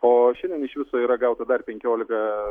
o šiandien iš viso yra gauta dar penkiolika